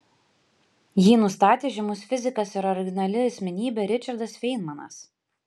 jį nustatė žymus fizikas ir originali asmenybė ričardas feinmanas